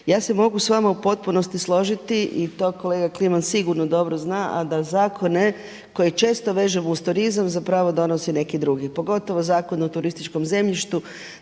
Ja se mogu s vama u potpunosti složiti i to kolega Kliman sigurno dobro zna, a da zakone koje često vežemo uz turizam zapravo donose neki drugi. Pogotovo Zakon o turističkom zemljištu,